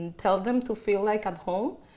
and tell them to feel like at home.